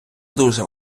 дуже